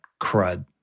crud